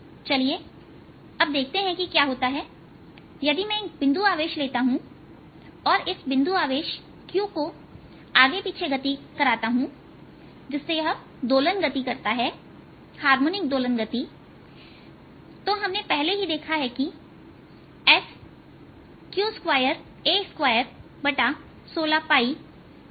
चलिए अब देखते हैं कि क्या होता है यदि मैं एक बिंदु आवेश लेता हूं और इस बिंदु आवेश q को आगे पीछे गति कर आता हूं जिससे यह दोलन गति करता है हार्मोनिक दोलन गति तो हमने पहले ही देखा है कि Sq2a2160c3 sin2r2है